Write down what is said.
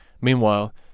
Meanwhile